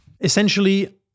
Essentially